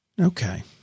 Okay